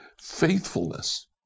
faithfulness